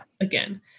again